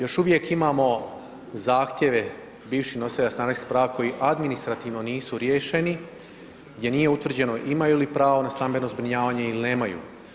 Još uvijek imamo zahtjeve bivših nositelja stanarskih prava koji administrativno nisu riješeni, gdje nije utvrđeno imaju li pravo na stambeno zbrinjavanje ili nemaju.